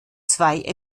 zwei